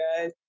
guys